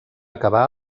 acabar